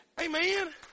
Amen